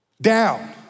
down